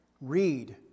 read